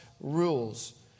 rules